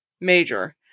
major